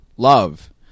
Love